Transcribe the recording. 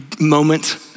moment